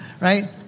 Right